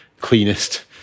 cleanest